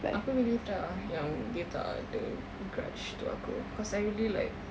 aku relieved ah yang dia tak ada grudge to aku cause I really like